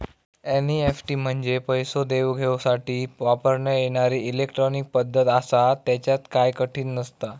NEFT म्हंजे पैसो देवघेवसाठी वापरण्यात येणारी इलेट्रॉनिक पद्धत आसा, त्येच्यात काय कठीण नसता